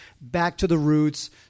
back-to-the-roots